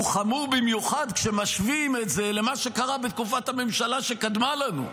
הוא חמור במיוחד כשמשווים את זה למה שקרה בתקופת הממשלה שקדמה לנו.